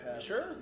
sure